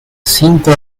cinco